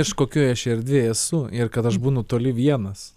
aš kokioj aš erdvėj esu ir kad aš būnu toli vienas